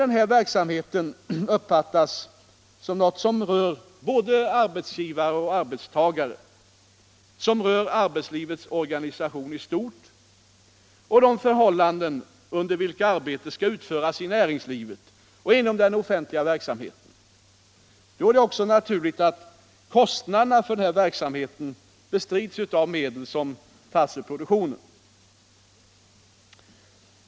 Även den verksamheten uppfattas som något som rör både arbetsgivarna och arbetstagarna, något som rör arbetslivets organisation i stort och de förhållanden under vilka arbetet skall utföras i näringslivet och inom den offentliga verksamheten. Då är det också naturligt att kostnaderna för denna verksamhet bestrids av medel som tas ur produktionen.